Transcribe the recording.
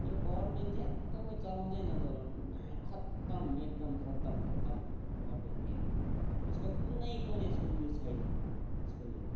यो power bank चाहिँ एकदमै चलाउँदै नचलाउनु महाखत्तम एकदम खत्तम खत्तम पावर ब्याङ्क यो यसको कुनै पनि यसको उयो छैन यसको यो